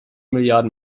milliarden